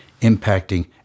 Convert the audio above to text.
impacting